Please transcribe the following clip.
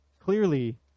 clearly